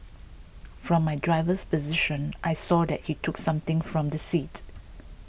from my driver's position I saw that he took something from the seat